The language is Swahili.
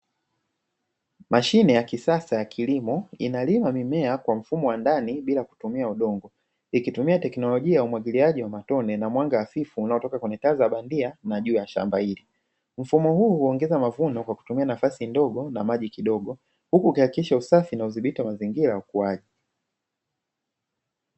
Mashine ya kisasa ya kilimo inalima mimea kwa mfumo wa ndani bila kutumia udongo, ikitumia teknolojia ya umwagiliaji wa matone na mwanga hafifu unaotoka kwenye taa za bandia na juu ya shamba hili. Mfumo huu huongeza mavuno kwa kutumia nafasi ndogo na maji kidogo huku ukihakikisha usafi na udhibiti wa mazingira kwa ukuaji.